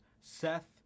Seth